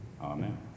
Amen